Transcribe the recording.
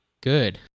Good